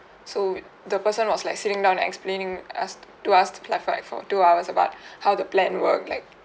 so the person was like sitting down explaining us to us two hours like for like for two hours about how the plan work like